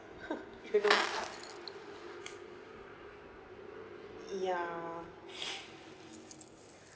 you know ya